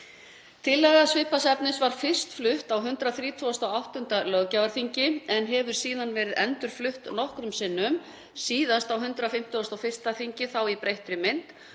Tillaga svipaðs efnis var fyrst flutt á 138. löggjafarþingi en hefur síðan verið endurflutt nokkrum sinnum, síðast á 151. þingi, þá í breyttri mynd